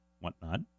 whatnot